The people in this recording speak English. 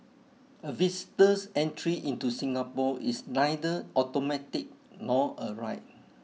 a visitor's entry into Singapore is neither automatic nor a right